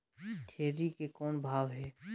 छेरी के कौन भाव हे?